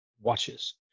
watches